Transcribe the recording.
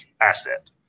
asset